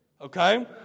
Okay